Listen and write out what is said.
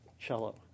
cello